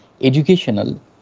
educational